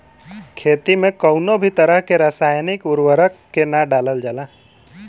खेती में कउनो भी तरह के रासायनिक उर्वरक के ना डालल जाला